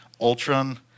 Ultron